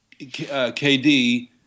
KD